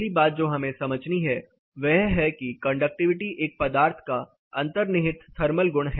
पहली बात जो हमें समझनी है वह है कि कंडक्टिविटी एक पदार्थ का अंतर्निहित थर्मल गुण है